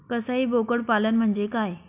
कसाई बोकड पालन म्हणजे काय?